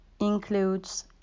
includes